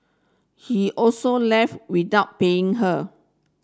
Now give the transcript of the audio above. he also left without paying her